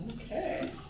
Okay